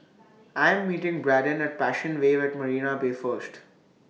I Am meeting Braden At Passion Wave At Marina Bay First